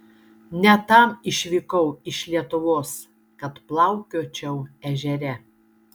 ne tam išvykau iš lietuvos kad plaukiočiau ežere